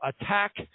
attack